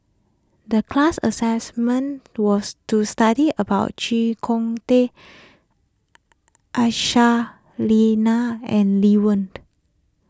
the class assignment was to study about Chee Kong Tet Aisyah Lyana and Lee Wen